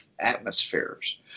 atmospheres